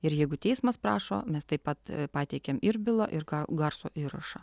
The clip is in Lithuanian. ir jeigu teismas prašo mes taip pat pateikiam ir byla ir garso įrašą